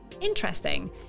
interesting